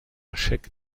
chèque